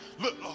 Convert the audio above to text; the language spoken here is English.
look